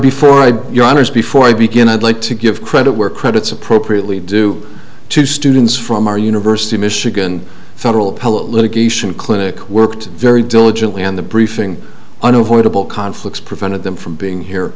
before i your honour's before i begin i'd like to give credit where credit's appropriately due to students from our university of michigan federal appellate litigation clinic worked very diligently on the briefing unavoidable conflicts prevented them from being here